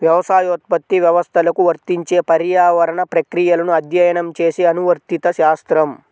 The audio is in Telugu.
వ్యవసాయోత్పత్తి వ్యవస్థలకు వర్తించే పర్యావరణ ప్రక్రియలను అధ్యయనం చేసే అనువర్తిత శాస్త్రం